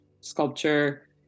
sculpture